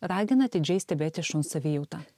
ragina atidžiai stebėti šuns savijautą